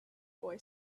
boy